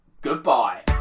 goodbye